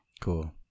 cool